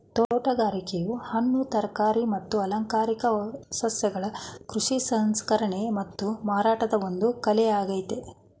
ತೋಟಗಾರಿಕೆಯು ಹಣ್ಣು ತರಕಾರಿ ಮತ್ತು ಅಲಂಕಾರಿಕ ಸಸ್ಯಗಳ ಕೃಷಿ ಸಂಸ್ಕರಣೆ ಮತ್ತು ಮಾರಾಟದ ಒಂದು ಕಲೆಯಾಗಯ್ತೆ